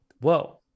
whoa